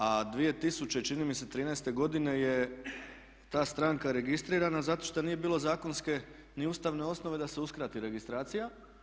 A čini mi se 2013. godine je ta stranka registrirana zato šta nije bilo zakonske ni ustavne osnove da se uskrati registracija.